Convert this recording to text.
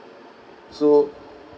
so